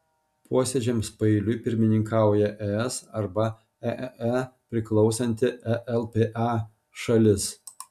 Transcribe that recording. posėdžiams paeiliui pirmininkauja es arba eee priklausanti elpa šalis